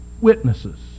Witnesses